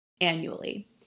annually